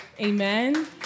Amen